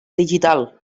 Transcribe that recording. digital